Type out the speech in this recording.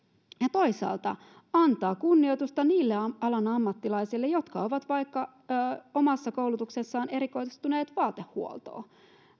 toisaalta antaa kunnioitusta niille alan ammattilaisille jotka ovat omassa koulutuksessaan erikoistuneet vaikka vaatehuoltoon